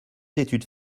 études